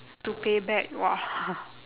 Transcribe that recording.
to pay back !wah!